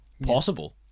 possible